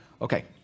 Okay